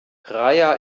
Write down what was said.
praia